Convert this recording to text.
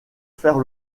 faire